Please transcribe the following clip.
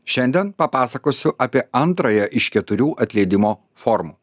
šiandien papasakosiu apie antrąją iš keturių atleidimo formų